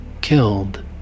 killed